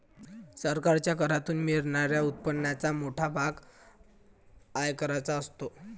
सरकारच्या करातून मिळणाऱ्या उत्पन्नाचा मोठा भाग आयकराचा असतो